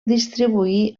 distribuir